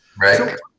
Right